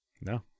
no